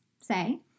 say